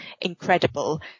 incredible